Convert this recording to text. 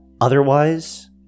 Otherwise